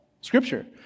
Scripture